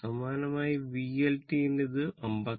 സമാനമായി VL t ന് ഇത് 56